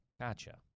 Gotcha